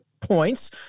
points